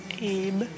Abe